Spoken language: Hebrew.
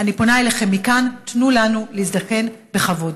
אני פונה אליכם מכאן: תנו לנו להזדקן בכבוד.